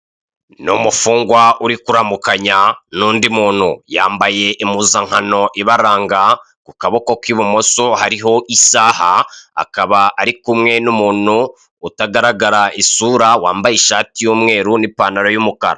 Ni umufungwa uri kuramukanya n'ndi muntu yambaye impuzankano ibaranga ku kaboko k'ibumoso hariho isaha akaba ari kumwe n'umuntu utagaragara isura wambaye ishati y'umweru n'ipantaro y'umukara.